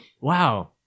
Wow